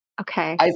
Okay